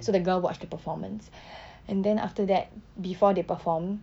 so the girl watch the performance and then after that before they perform